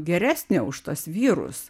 geresnė už tuos vyrus